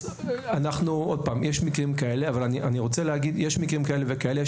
יש מקרים כאלה וכאלה.